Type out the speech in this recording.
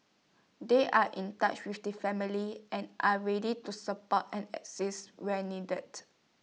they are in touch with the family and are ready to support and assist where needed